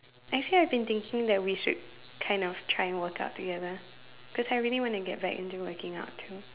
actually I've been thinking that we should kind of try and work out together cause I really want to get back into working out too